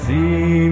See